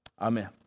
Amen